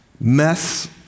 mess